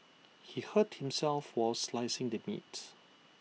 he hurt himself while slicing the meat